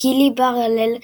גילי בר־הלל,